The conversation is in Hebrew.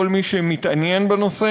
אל כל מי שמתעניין בנושא: